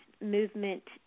movement